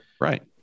right